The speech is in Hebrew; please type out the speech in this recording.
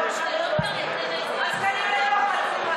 יאללה, תסכים, תסכים,